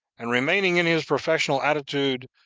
and, remaining in his professional attitude,